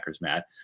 Matt